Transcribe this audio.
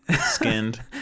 skinned